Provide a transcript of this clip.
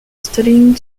studying